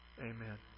Amen